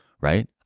Right